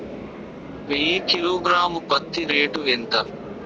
వెయ్యి కిలోగ్రాము ల పత్తి రేటు ఎంత?